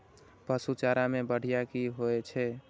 पशु चारा मैं बढ़िया की होय छै?